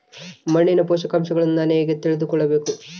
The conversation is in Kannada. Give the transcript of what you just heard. ಮಣ್ಣಿನ ಪೋಷಕಾಂಶವನ್ನು ನಾನು ಹೇಗೆ ತಿಳಿದುಕೊಳ್ಳಬಹುದು?